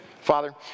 Father